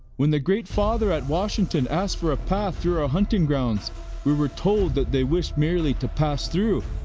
when the great father at washington asked for ah path through our hunting grounds we were told that they wished merely to pass through.